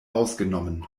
ausgenommen